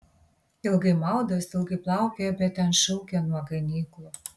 ilgai maudos ilgai plaukioja bet ten šaukia nuo ganyklų